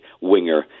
winger